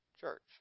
church